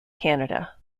canada